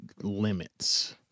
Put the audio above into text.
limits